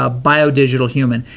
ah biodigital human,